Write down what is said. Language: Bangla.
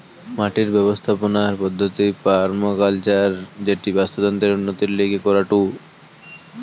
মাটির ব্যবস্থাপনার পদ্ধতির পার্মাকালচার যেটি বাস্তুতন্ত্রের উন্নতির লিগে করাঢু